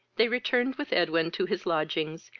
they returned with edwin to his lodgings,